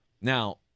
Now